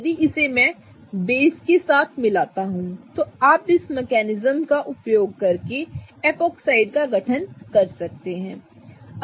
यदि मैं इसे बेस के साथ मिलाता हूं तो आप इस मकैनिजम का उपयोग करके एपॉक्साइड का गठन कर सकते हैं